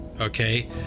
Okay